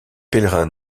pèlerins